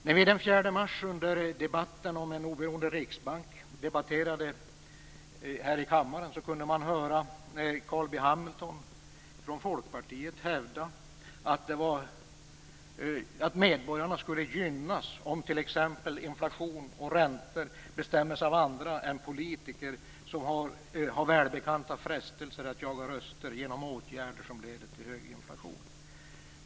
När vi den 4 mars i debatten om en oberoende riksbank debatterade här i kammaren kunde man höra Carl B Hamilton från Folkpartiet hävda att medborgarna skulle gynnas om t.ex. inflation och räntor bestämdes av andra än politiker som har välbekanta frestelser att jaga röster genom åtgärder som leder till hög inflation.